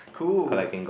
cool